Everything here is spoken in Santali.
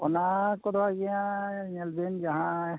ᱚᱱᱟ ᱠᱚᱫᱚ ᱤᱭᱟᱹ ᱧᱮᱞ ᱵᱤᱱ ᱡᱟᱦᱟᱸᱭ